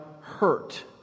hurt